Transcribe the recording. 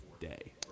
day